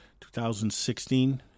2016